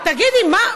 תגידי, מה,